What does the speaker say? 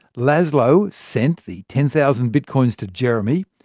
laszlo sent the ten thousand bitcoins to jeremy,